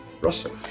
Russell